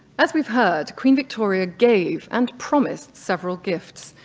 as we've heard, queen victoria gave and promised several gifts.